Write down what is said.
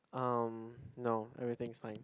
um no everything is fine